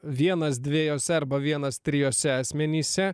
vienas dviejuose arba vienas trijuose asmenyse